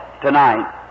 tonight